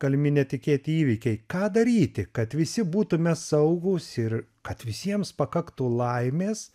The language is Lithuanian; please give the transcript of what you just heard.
galimi netikėti įvykiai ką daryti kad visi būtume saugūs ir kad visiems pakaktų laimės